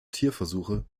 tierversuche